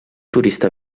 turista